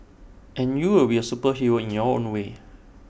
and you will be A superhero in your own way